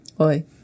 Oi